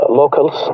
locals